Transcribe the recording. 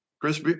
Chris